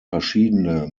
verschiedene